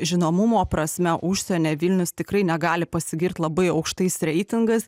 žinomumo prasme užsienyje vilnius tikrai negali pasigirt labai aukštais reitingais